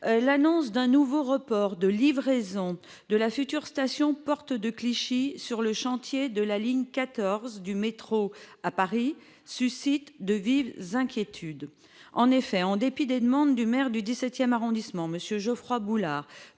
L'annonce d'un nouveau report de livraison de la future station Porte de Clichy sur le chantier de la ligne 14 du métro, à Paris, suscite de vives inquiétudes. En effet, en dépit des demandes du maire du XVII arrondissement, M. Geoffroy Boulard,